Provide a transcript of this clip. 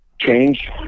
change